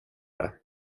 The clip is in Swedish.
det